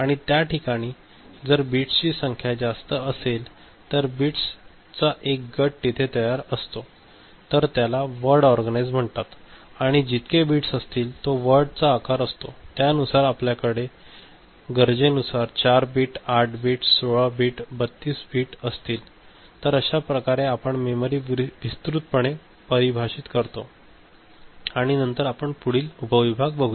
आणि त्या ठिकाणी जर बिट्सची संख्या जास्त असेल तर बिट्सचा एक गट तिथे असतो तर त्याला वर्ड ऑर्गनाइज्ड म्हणतात आणि जितके बिट्स असतील तो वर्ड चा आकार असतो त्यानुसार आपल्याकडे गरजेनुसार4 बिट 8 बिट 16 बिट 32 बिट असतील तर अश्या प्रकारे आपण मेमरी विस्तृतपणे परिभाषित करतो आणि नंतर आपण पुढील उपविभाग बघूया